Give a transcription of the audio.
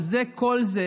וזה, כל זה